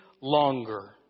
longer